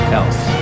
else